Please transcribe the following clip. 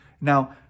Now